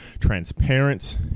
transparent